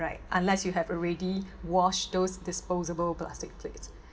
right unless you have already wash those disposable plastic plates